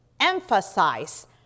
emphasize